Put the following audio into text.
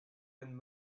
and